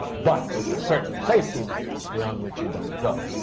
but. there's a certain safety net, beyond which you don't go.